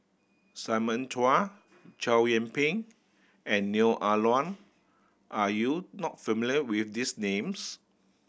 Simon Chua Chow Yian Ping and Neo Ah Luan are you not familiar with these names